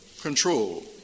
control